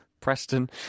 Preston